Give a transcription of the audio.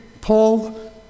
Paul